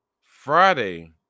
Friday